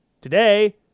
Today